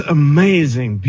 amazing